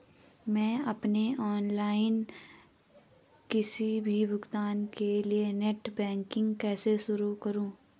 मैं अपने ऑनलाइन किसी भी भुगतान के लिए नेट बैंकिंग कैसे शुरु करूँ?